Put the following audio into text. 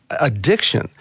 addiction